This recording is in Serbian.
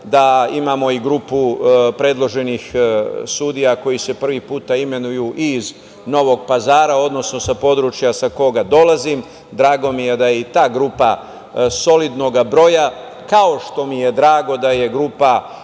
da imamo i grupu predloženih sudija, koji se prvi put imenuju iz Novog Pazara, odnosno sa područja sa koga dolazim, drago mi je da i ta grupa solidnoga broja, kao što mi je drago da je u grupi